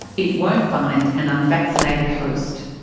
it won't find an unvaccinated host.